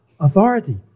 authority